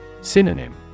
Synonym